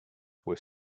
were